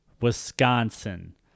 Wisconsin